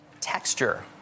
Texture